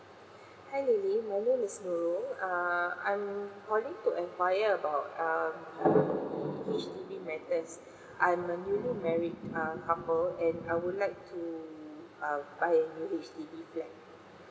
hi lily my name is nurul err I'm calling to enquire about um the H_D_B matters I'm a newly married uh couple and I would like to um buy the H_D_B flat